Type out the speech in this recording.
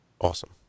awesome